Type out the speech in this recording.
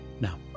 now